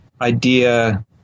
idea